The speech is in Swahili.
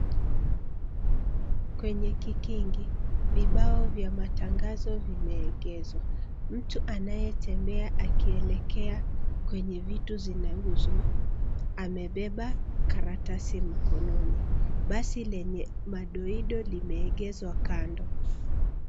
Kwenye kikingi, vibao vya matangazo vimeegeshwa. Mtu anayetembea akielekea kwenye vitu zinauzwa amebeba karatasi mkononi. Basi lenye madoido limeegeshwa kando .